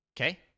okay